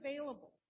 available